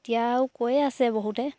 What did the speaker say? এতিয়াও কৈ আছে বহুতে